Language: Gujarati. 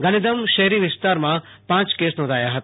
ગાંધીધામ શહેરી વિસ્તારમાં પાંચ કેસ નોંધાયા હતા